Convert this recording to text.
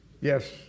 Yes